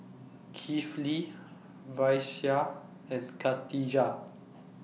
Kifli Raisya and Khatijah